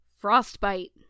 Frostbite